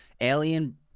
Alien